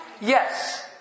yes